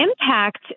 impact